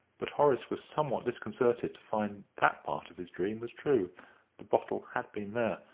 but horace was somewhat disconcerted to find that part of his dream was true the bottle had been there.